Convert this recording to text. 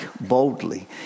boldly